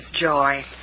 joy